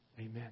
Amen